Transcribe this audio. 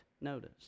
notice